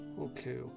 Okay